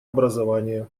образование